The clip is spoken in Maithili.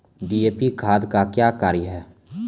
डी.ए.पी खाद का क्या कार्य हैं?